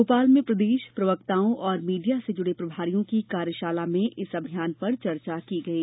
भोपाल में प्रदेश प्रवक्ताओं व मीडिया से जुड़े प्रभारियों की कार्यशाला में इस अभियान पर चर्चा की गई